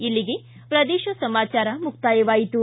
ಇಲ್ಲಿಗೆ ಪ್ರದೇಶ ಸಮಾಚಾರ ಮುಕ್ತಾಯವಾಯಿತು